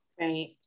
Right